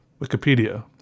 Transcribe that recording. Wikipedia